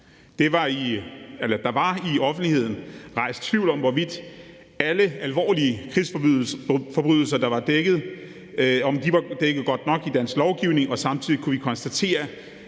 Der var i offentligheden rejst tvivl om, hvorvidt alle alvorlige krigsforbrydelser var dækket, og om de var dækket godt nok i dansk lovgivning. Og samtidig kunne vi konstatere,